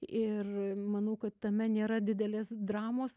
ir manau kad tame nėra didelės dramos